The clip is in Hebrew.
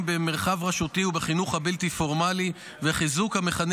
במרחב רשותי ובחינוך הבלתי-פורמלי וחיזוק המכנה